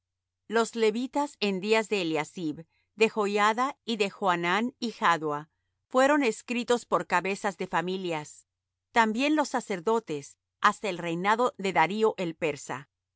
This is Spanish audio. los levitas en días de eliasib de joiada y de johanán y jaddua fueron escritos por cabezas de familias también los sacerdotes hasta el reinado de darío el persa los